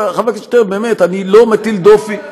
הלוואי שהיו חוקרים אותי.